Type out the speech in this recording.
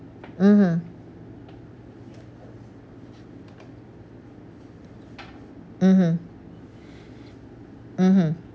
mmhmm mmhmm mmhmm